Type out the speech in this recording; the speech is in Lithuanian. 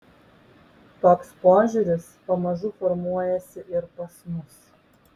toks požiūris pamažu formuojasi ir pas mus